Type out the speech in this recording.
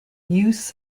use